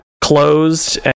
closed